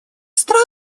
стран